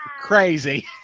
Crazy